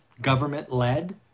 government-led